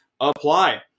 apply